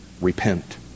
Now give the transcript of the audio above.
repent